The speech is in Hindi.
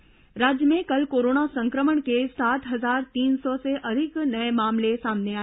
कोरोना समाचार राज्य में कल कोरोना संक्रमण के सात हजार तीन सौ से अधिक नये मामले सामने आए